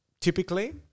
typically